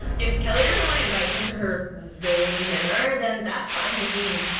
if kelly doesn't wanna invite me to her zoom dinner, then that's fine with me.